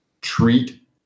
treat